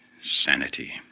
sanity